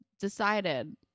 decided